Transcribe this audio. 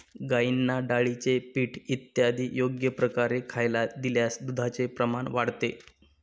गाईंना डाळीचे पीठ इत्यादी योग्य प्रकारे खायला दिल्यास दुधाचे प्रमाण वाढते